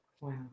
wow